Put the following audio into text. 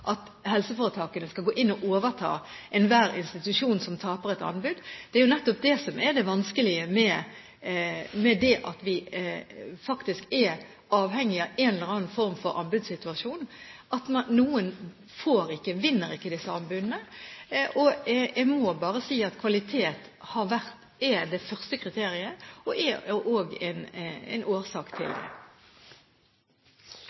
at helseforetakene skal gå inn og overta enhver institusjon som taper et anbud. Det er nettopp det som er det vanskelige ved det at vi faktisk er avhengig av en eller annen form for anbudssituasjon, at noen vinner ikke disse anbudene. Jeg må bare si at kvalitet er det første kriteriet og er også en årsak til